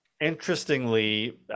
interestingly